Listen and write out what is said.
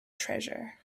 treasure